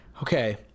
Okay